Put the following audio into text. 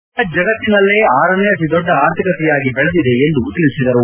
ಈಗ ಜಗತ್ತಿನಲ್ಲೇ ಆರನೇ ಅತಿದೊಡ್ಡ ಅರ್ಥಿಕತೆಯಾಗಿ ಬೆಳೆದಿದೆ ಎಂದು ತಿಳಿಸಿದರು